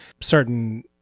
certain